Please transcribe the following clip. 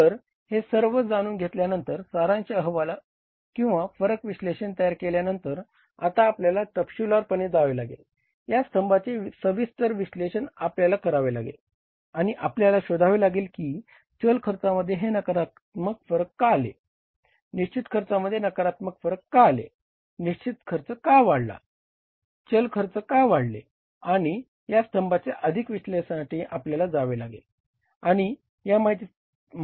तर हे सर्व जाणून घेतल्यानंतर सारांश अहवाल किंवा फरक विश्लेषण तयार केल्यानंतर आता आपल्याला तपशीलवारपणे जावे लागेल या स्तंभाचे सविस्तर विश्लेषण आपल्याला करावे लागेल आणि आपल्याला शोधावे लागेल की चल खर्चामध्ये हे नकारात्मक फरक का आले निश्चित खर्चामध्ये नकारात्मक फरक का आले निश्चित खर्च का वाढले चल खर्च का वाढले आणि या स्तंभाच्या अधिक विश्लेषणासाठी आपल्याला जावे लागेल